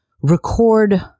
record